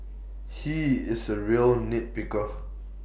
he is A real nitpicker